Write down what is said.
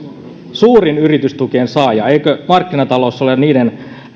suurin yritystukien saaja eikö markkinatalous ole niiden